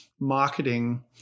marketing